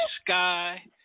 Sky